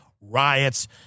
riots